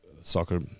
soccer